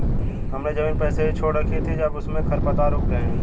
हमने ज़मीन ऐसे ही छोड़ रखी थी, अब उसमें खरपतवार उग गए हैं